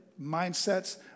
mindsets